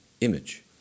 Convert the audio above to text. Image